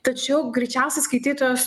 tačiau greičiausiai skaitytojas